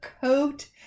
coat